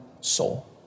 soul